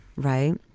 right.